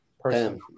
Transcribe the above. person